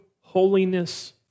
holiness